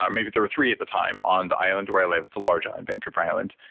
um maybe there were three at the time, on the island where i live. it's a large island, vancouver island,